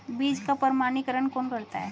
बीज का प्रमाणीकरण कौन करता है?